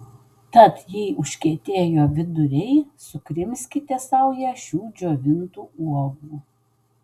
tad jei užkietėjo viduriai sukrimskite saują šių džiovintų uogų